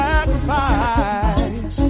Sacrifice